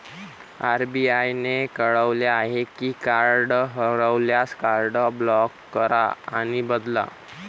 RBI ने कळवले आहे की कार्ड हरवल्यास, कार्ड ब्लॉक करा आणि बदला